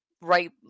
right